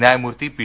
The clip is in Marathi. न्यायमूर्ती पी